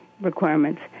requirements